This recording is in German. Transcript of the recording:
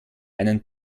einen